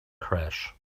crash